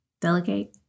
delegate